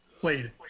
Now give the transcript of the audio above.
Played